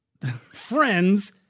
Friends